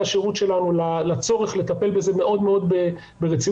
השירות שלנו לצורך לטפל בזה מאוד מאוד ברצינות,